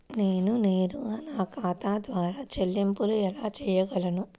నేను నేరుగా నా ఖాతా ద్వారా చెల్లింపులు ఎలా చేయగలను?